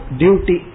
duty